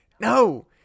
No